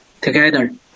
Together